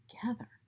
together